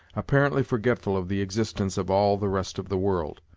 apparently forgetful of the existence of all the rest of the world.